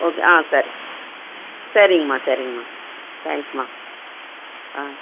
okay ஆ சரி சரிங்கமா சரிங்கமா தேங்க்ஸ்மா ஆ